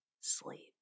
sleep